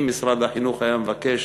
אם משרד החינוך היה מבקש